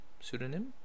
pseudonym